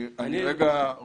למרות משרד החינוך?